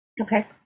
okay